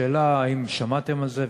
השאלה: האם שמעתם על זה?